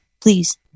please